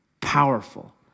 powerful